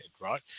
right